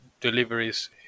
deliveries